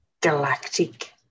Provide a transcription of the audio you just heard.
Galactic